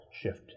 shift